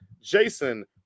Jason